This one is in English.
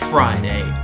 Friday